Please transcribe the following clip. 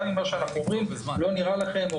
גם אם מה שאנחנו אומרים לא נראה לכם,